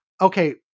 okay